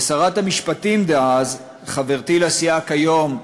ושרת המשפטים דאז, חברתי לסיעה כיום,